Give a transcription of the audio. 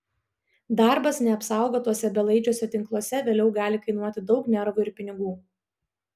darbas neapsaugotuose belaidžiuose tinkluose vėliau gali kainuoti daug nervų ir pinigų